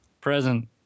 Present